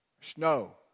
snow